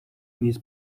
نیز